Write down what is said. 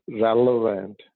relevant